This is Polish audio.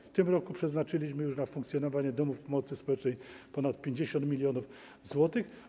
W tym roku przeznaczyliśmy już na funkcjonowanie domów pomocy społecznej ponad 50 mln zł.